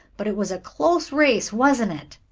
but it was a close race, wasn't it?